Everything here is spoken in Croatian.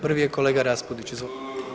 Prvi je kolega RAspudić, izvolite.